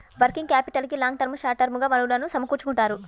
working క్యాపిటల్కి long term, short term గా వనరులను సమకూర్చుకుంటారు